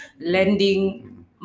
lending